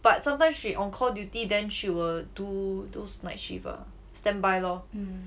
but sometimes she on call duty then she will do those night shift lor standby lor